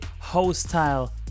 hostile